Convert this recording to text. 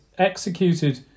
Executed